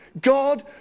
God